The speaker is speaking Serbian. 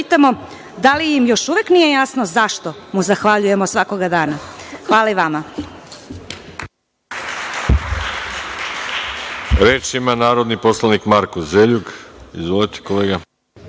da li im još uvek nije jasno zašto mu zahvaljujemo svakoga dana. Hvala i vama.